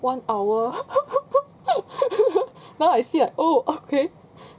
one hour now I see like oh okay